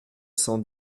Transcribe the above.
cent